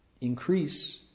increase